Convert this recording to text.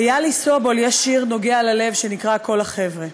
ליהלי סובול יש שיר שנוגע ללב, שנקרא "כל החבר'ה".